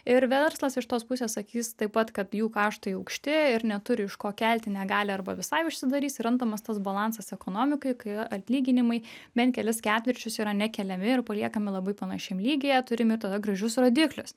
ir verslas iš tos pusės sakys taip pat kad jų kaštai aukšti ir neturi iš ko kelti negali arba visai užsidarys ir randamas tas balansas ekonomikai kai atlyginimai bent kelis ketvirčius yra nekeliami ir paliekami labai panašiam lygyje turim ir tada gražius rodiklius